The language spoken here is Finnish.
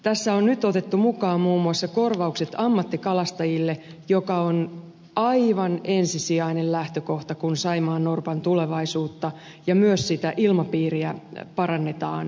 tässä on nyt otettu mukaan muun muassa korvaukset ammattikalastajille joka on aivan ensisijainen lähtökohta kun saimaannorpan tulevaisuutta ja myös sitä ilmapiiriä parannetaan saimaan alueella